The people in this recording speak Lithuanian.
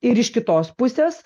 ir iš kitos pusės